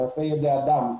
מעשה ידי אדם,